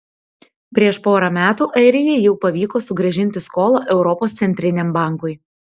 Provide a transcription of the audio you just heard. prieš porą metų airijai jau pavyko sugrąžinti skolą europos centriniam bankui